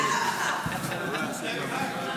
בבקשה.